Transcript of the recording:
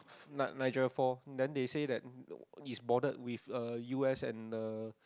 Niagara-Fall then they say that it's bordered with uh u_s and the